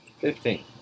Fifteen